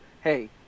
Hey